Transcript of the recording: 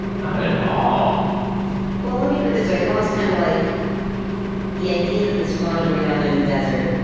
not at all well, let me put it this way. it's almost kind of like the idea that this phone is ringing out there in the desert